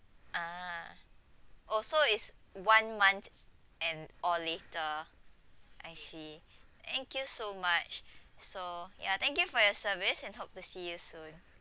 ah oh so it's one month and or later I see thank you so much so ya thank you for your service and hope to see you soon